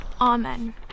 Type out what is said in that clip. Amen